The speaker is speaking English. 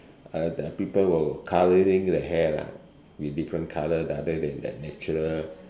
uh the people were colouring the hair lah with different color other than their natural